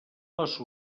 les